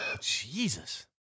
Jesus